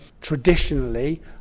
traditionally